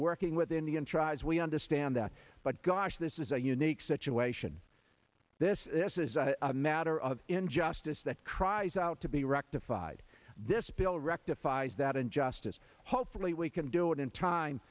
working with indian tribes we understand that but gosh this is a unique situation this this is a matter of injustice that cries out to be rectified this bill rectifies that injustice hopefully we can do it in time